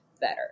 better